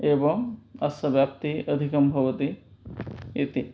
एवम् अस्य व्याप्तिः अधिकं भवति इति